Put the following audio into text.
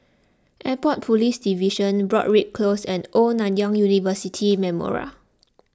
Airport Police Division Broadrick Close and Old Nanyang University Memorial